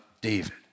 David